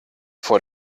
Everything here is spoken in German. vor